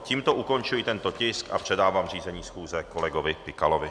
Tímto ukončuji tento tisk a předávám řízení schůze kolegovi Pikalovi.